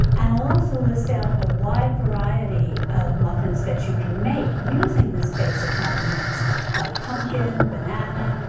and also list out a wide variety of muffins that you can make using this basic muffin mix like pumpkin, banana,